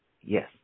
yes